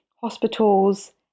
hospitals